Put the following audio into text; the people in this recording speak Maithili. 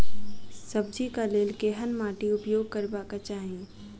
सब्जी कऽ लेल केहन माटि उपयोग करबाक चाहि?